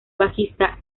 bajista